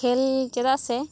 ᱠᱷᱮᱞ ᱪᱮᱫᱟᱜ ᱥᱮ